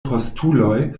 postuloj